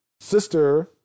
sister